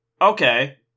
Okay